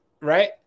right